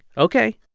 ok,